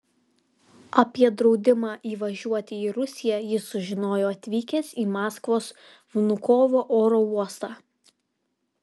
apie draudimą įvažiuoti į rusiją jis sužinojo atvykęs į maskvos vnukovo oro uostą